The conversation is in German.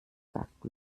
sagt